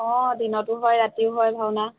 অঁ দিনতো হয় ৰাতিও হয় ভাওনা